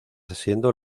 siendo